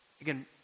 Again